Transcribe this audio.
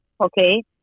Okay